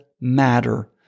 matter